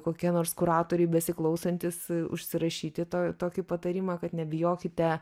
kokie nors kuratoriai besiklausantys užsirašyti tą tokį patarimą kad nebijokite